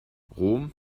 rom